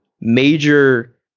major